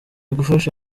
gufasha